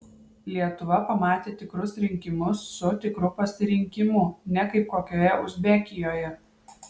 lietuva pamatė tikrus rinkimus su tikru pasirinkimu ne kaip kokioje uzbekijoje